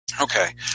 Okay